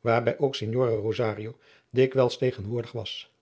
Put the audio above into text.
waarbij ook signore rosario dikwijls tegenwoordig was